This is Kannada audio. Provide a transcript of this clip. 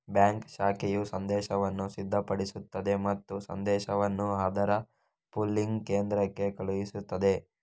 ಬ್ಯಾಂಕ್ ಶಾಖೆಯು ಸಂದೇಶವನ್ನು ಸಿದ್ಧಪಡಿಸುತ್ತದೆ ಮತ್ತು ಸಂದೇಶವನ್ನು ಅದರ ಪೂಲಿಂಗ್ ಕೇಂದ್ರಕ್ಕೆ ಕಳುಹಿಸುತ್ತದೆ